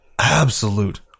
absolute